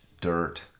dirt